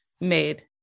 made